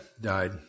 died